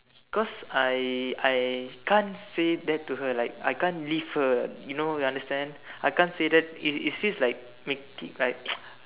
because I I can't say that to her like I can't leave her you know you understand I can't say that it it feels like making like